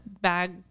bag